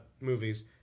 movies